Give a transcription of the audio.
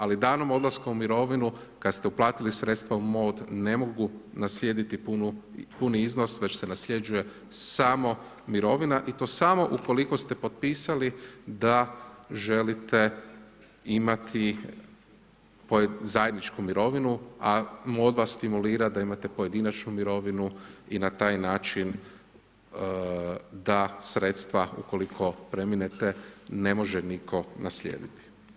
Ali danom odlaska u mirovinu, kad ste uplatili sredstva u MOD, ne mogu naslijediti puni iznos već se nasljeđuje samo mirovina i to samo ukoliko ste potpisali da želite imati zajedničku mirovinu, a MOD vas stimulira da imate pojedinačnu mirovinu i na taj način da sredstva ukoliko preminete ne može nitko naslijediti.